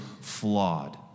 flawed